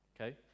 Okay